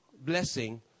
blessing